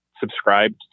subscribed